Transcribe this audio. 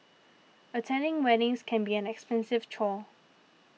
attending weddings can be an expensive chore